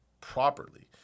properly